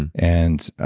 and and,